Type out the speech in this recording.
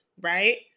Right